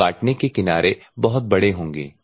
तो काटने के किनारें बहुत बड़े होंगे